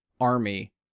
army